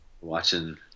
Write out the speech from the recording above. watching